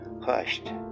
hushed